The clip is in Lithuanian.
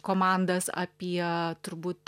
komandas apie turbūt